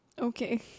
okay